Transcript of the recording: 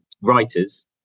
writers